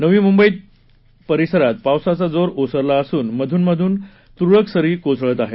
नवी मुंबई परिसरात पावसाचा जोर ओसरला असून मधून मधून तुरळक सरी कोसळत आहेत